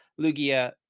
lugia